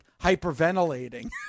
hyperventilating